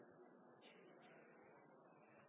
Arbeiderpartiet har gått